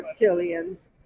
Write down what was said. reptilians